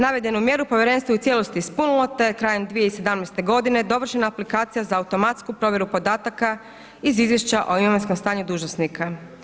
Navedenu mjeru povjerenstvo je u cijelosti ispunilo te je krajem 2017. godine dovršena aplikacija za automatsku provjeru podataka iz izvješća o imovinskom stanju dužnosnika.